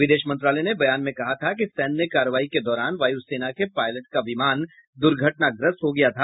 विदेश मंत्रालय ने बयान में कहा था कि सैन्य कार्रवाई के दौरान वायुसेना के पायलट का विमान दुर्घटनाग्रस्त हो गया था